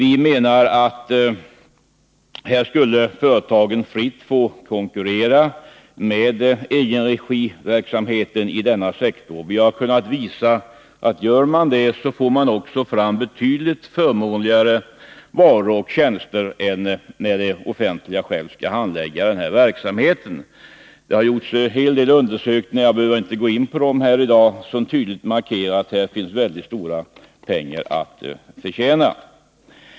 I denna sektor skulle företagen enligt vår mening fritt få konkurrera med egenregiverksamheten. Vi har kunnat visa att man, om sådan konkurrens äger rum, får fram betydligt förmånligare varor och tjänster än när det offentliga självt skall handlägga denna verksamhet. Det har gjorts en hel del undersökningar, som jag inte i dag behöver gå in på, vilka tydligt markerar att det här finns stora pengar att förtjäna.